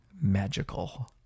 magical